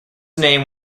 name